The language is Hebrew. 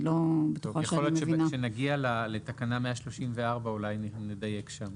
יכול להיות שכאשר נגיע לתקנה 134, אולי נדייק שם.